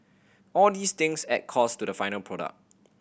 all these things add costs to the final product